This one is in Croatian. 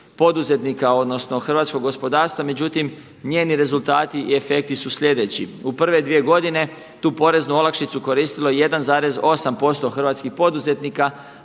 poduzetnika, odnosno hrvatskog gospodarstva. Međutim, njeni rezultati i efekti su sljedeći. U prve dvije godine tu poreznu olakšicu koristilo je 1,8% hrvatskih poduzetnika,